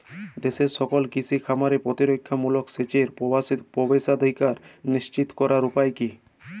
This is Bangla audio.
দেশের সকল কৃষি খামারে প্রতিরক্ষামূলক সেচের প্রবেশাধিকার নিশ্চিত করার উপায় কি?